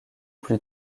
plus